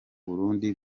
burundi